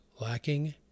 lacking